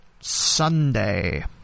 Sunday